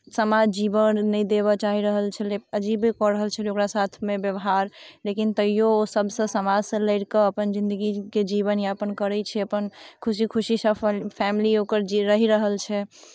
समाज जीवय नहि देबय चाहि रहल छलै अजीबे कऽ रहल छलै ओकरा साथमे व्यवहार लेकिन तैओ ओ सभसँ समाजसँ लड़ि कऽ अपन जिंदगीके जीवनयापन करै छै अपन खुशी खुशी सफल फैमली ओकर जे रहि रहल छै